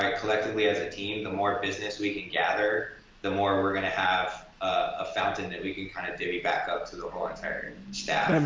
um collectively as a team the more business we can gather the more we're gonna have a fountain that we can kind of divvy back up to the whole entire staff.